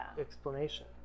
explanation